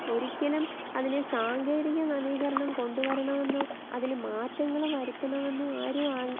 ഒരിക്കലൂം അതിനെ സാങ്കേതികനവീകരണം കൊണ്ട് വരണമെന്നോ അതില് മാറ്റങ്ങള് വരുത്തണമെന്നോ ആരും